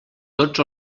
tots